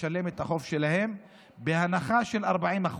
לשלם את החוב שלהם בהנחה של 40%,